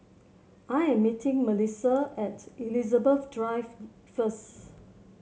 I am meeting Melisa at Elizabeth Drive first